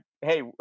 hey